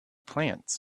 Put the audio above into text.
plants